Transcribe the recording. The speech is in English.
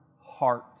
heart